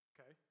Okay